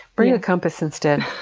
bring a compass instead.